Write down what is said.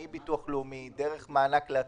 מביטוח לאומי דרך מענק לעצמאים,